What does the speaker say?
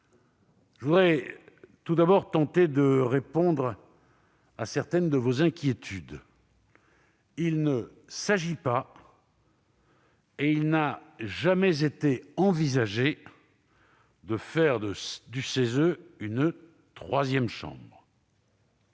Je voudrais tout d'abord tenter de répondre à certaines de vos inquiétudes : il ne s'agit pas, et il n'a même jamais été envisagé, de faire du CESE une troisième chambre.